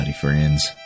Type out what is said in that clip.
friends